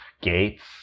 gates